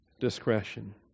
discretion